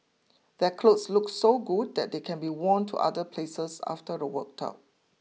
their clothes look so good that they can be worn to other places after a workout